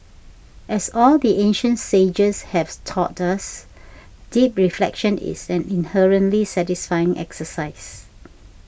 as all the ancient sages have taught us deep reflection is an inherently satisfying exercise